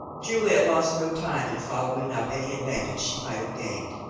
juliet lost no time in following up any advantage she might have gained.